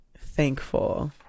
thankful